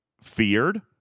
feared